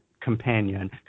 companion